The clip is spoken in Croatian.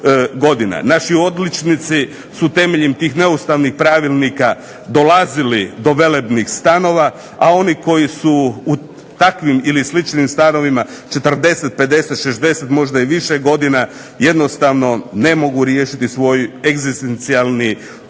Naši odličnici su temeljem tih neustavnih pravilnika dolazili do velebnih stanova. A oni koji su u takvim ili sličnim stanovima 40, 50, 60 možda i više godina jednostavno ne mogu riješiti svoj egzistencijalni